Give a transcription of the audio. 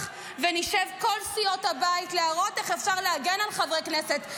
ונשב מכל סיעות הבית להראות איך אפשר להגן על חברי כנסת,